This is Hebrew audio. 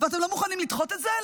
ואתם לא מוכנים לדחות את זה?